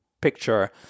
picture